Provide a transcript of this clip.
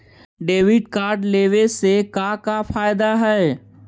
Debit card लेवे से का का फायदा है?